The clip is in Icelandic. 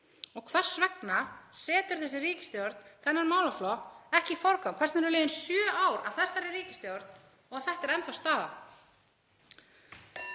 Og hvers vegna setur þessi ríkisstjórn þennan málaflokk ekki í forgang? Hvers vegna eru liðin sjö ár með þessa ríkisstjórn og þetta er enn þá staðan?